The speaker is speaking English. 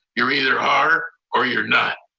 you're either are, or you're not.